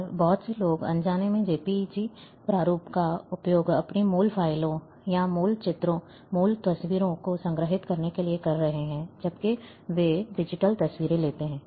और बहुत से लोग अनजाने में जेपीईजी प्रारूप का उपयोग अपनी मूल फ़ाइलों या मूल चित्रों मूल तस्वीरों को संग्रहीत करने के लिए कर रहे हैं जब वे डिजिटल तस्वीरें लेते हैं